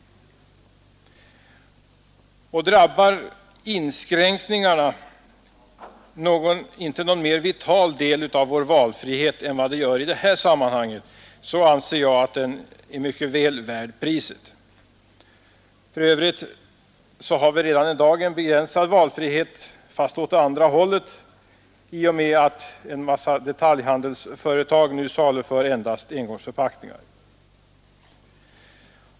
Drabbar inskränkningen inte någon mer vital del av vår valfrihe vad den gör i det här sammanhanget anser jag att den är mycket väl värd priset. För övrigt har vi redan i dag en begränsad valfrihet, fast åt andra hållet, i och med att en mängd detaljhandelsföretag nu saluför endast engångsförpackningar.